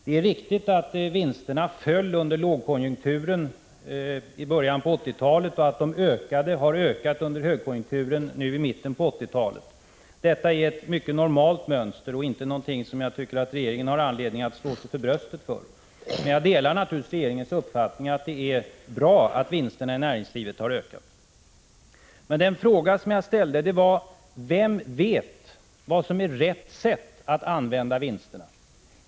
Det är riktigt att vinsterna föll under lågkonjunkturen i början av 1980-talet och att de har ökat under högkonjunkturen nu i mitten av 1980-talet. Detta är ett mycket normalt mönster, och jag tycker inte att det är någonting som föranleder regeringen att slå sig för bröstet. Men jag delar naturligtvis regeringens uppfattning att det är bra att vinsterna i näringslivet har ökat. Den fråga som jag ställde var: Vem vet vad som är rätta sättet att använda vinsterna?